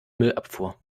müllabfuhr